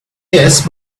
yes